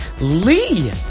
Lee